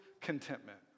contentment